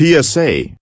PSA